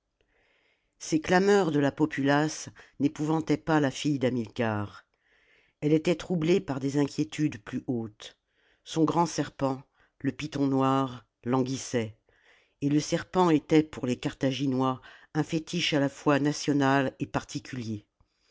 ces clameurs de la populace n'épouvantaient pas la fillè d'hamilcar elle était troublée par des inquiétudes plus hautes son grand serpent le python noir languissait et le serpent était pour les carthaginois un fétiche à la fois national et particulier